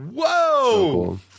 Whoa